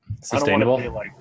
sustainable